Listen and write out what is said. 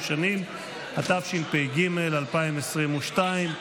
התשפ"ג 2023,